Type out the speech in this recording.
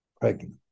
Pregnant